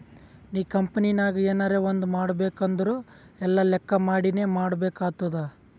ನೀ ಕಂಪನಿನಾಗ್ ಎನರೇ ಒಂದ್ ಮಾಡ್ಬೇಕ್ ಅಂದುರ್ ಎಲ್ಲಾ ಲೆಕ್ಕಾ ಮಾಡಿನೇ ಮಾಡ್ಬೇಕ್ ಆತ್ತುದ್